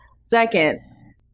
Second